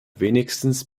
wenigstens